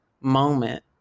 moment